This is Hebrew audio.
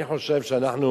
אני חושב שאנחנו